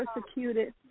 persecuted